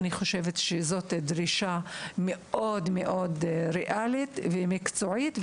זו דרישה מאוד מאוד ריאלית ומקצועית.